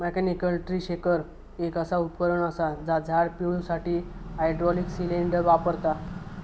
mechanical tree shaker एक असा उपकरण असा जा झाड पिळुसाठी हायड्रॉलिक सिलेंडर वापरता